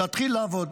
להתחיל לעבוד,